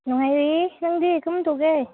ꯅꯨꯡꯉꯥꯏꯔꯤꯌꯦ ꯅꯪꯗꯤ ꯀꯔꯝ ꯇꯧꯒꯦ